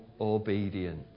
obedience